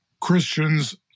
Christians